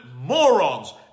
morons